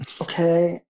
okay